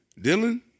Dylan